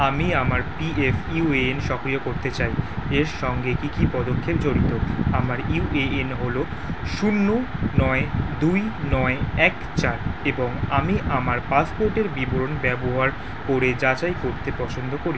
আমি আমার PF UAN সক্রিয় করতে চাই এর সঙ্গে কী কী পদক্ষেপ জড়িত আমার ইউএএন হলো শূন্য নয় দুই নয় এক চার এবং আমি আমার পাসপোর্টের বিবরণ ব্যবহার করে যাচাই করতে পছন্দ করি